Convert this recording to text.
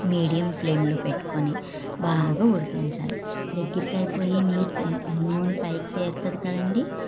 medium ఫ్లేమ్లో పెట్టుకొని బాగా ఉడికించాలి దగ్గరకి అయిపోయి నీరు నూనె పైకి తేలుతుంది కదండీ